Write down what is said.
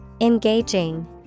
Engaging